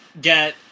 get